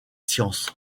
science